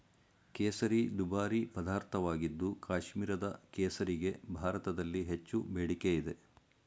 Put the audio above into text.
ಕೇಸರಿ ದುಬಾರಿ ಪದಾರ್ಥವಾಗಿದ್ದು ಕಾಶ್ಮೀರದ ಕೇಸರಿಗೆ ಭಾರತದಲ್ಲಿ ಹೆಚ್ಚು ಬೇಡಿಕೆ ಇದೆ